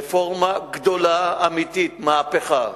רפורמה גדולה, אמיתית, מהפכה.